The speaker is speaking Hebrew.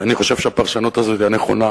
ואני חושב שהפרשנות הזאת היא הנכונה,